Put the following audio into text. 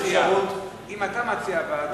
אם אתה מציע ועדה,